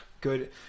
good